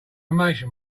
information